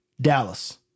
Dallas